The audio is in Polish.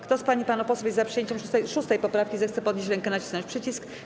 Kto z pań i panów posłów jest za przyjęciem 6. poprawki, zechce podnieść rękę i nacisnąć przycisk.